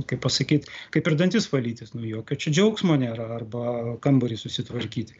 kaip pasakyt kaip ir dantis valytis nu jokio džiaugsmo nėra arba kambarį susitvarkyti